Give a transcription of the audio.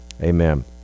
Amen